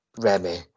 Remy